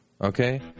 Okay